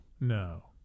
No